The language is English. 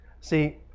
See